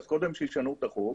אז קודם שישנו את החוק.